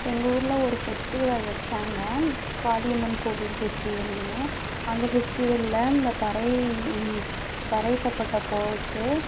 எங்கள் ஊரில் ஒரு ஃபெஸ்டிவல் வச்சாங்க காளியம்மன் கோவில் ஃபெஸ்டிவல்ன்னு அந்த ஃபெஸ்டிவலில் அந்த பறை பறை தப்பட்டை போட்டு